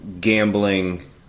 gambling